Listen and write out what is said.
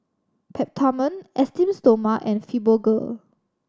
Peptamen Esteem Stoma and Fibogel